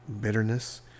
bitterness